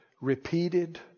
repeated